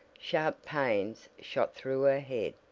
sharp pains shot through her head,